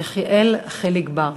יחיאל חיליק בר.